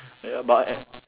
eh but at